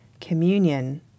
communion